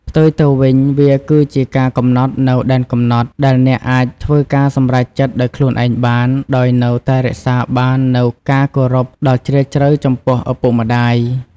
ផ្ទុយទៅវិញ វាគឺជាការកំណត់នូវ ដែនកំណត់ ដែលអ្នកអាចធ្វើការសម្រេចចិត្តដោយខ្លួនឯងបាន ដោយនៅតែរក្សាបាននូវ ការគោរពដ៏ជ្រាលជ្រៅ ចំពោះឪពុកម្ដាយ។